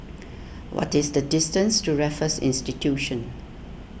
what is the distance to Raffles Institution